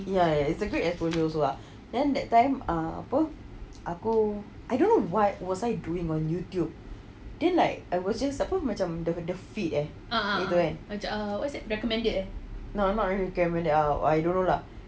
ya ya ya it's also a great exposure also lah then that time ah apa aku I don't know what was I doing when YouTube then like I wasn't supposed macam the feed eh ah no no not recommended I don't know lah